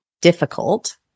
difficult